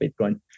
Bitcoin